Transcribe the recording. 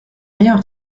rien